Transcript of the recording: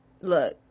look